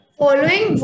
following